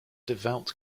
devout